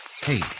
Hey